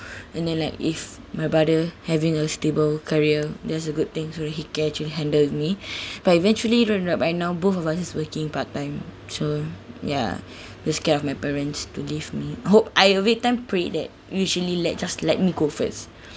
and then like if my brother having a stable career that's a good thing so that he can actually handle me but eventually right right by now both of us is working part time so ya just scared of my parents to leave me I hope I every time prayed that usually let just let me go first